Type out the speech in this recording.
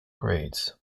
grades